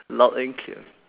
loud and clear